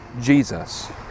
Jesus